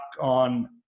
on